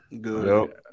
Good